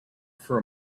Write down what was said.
for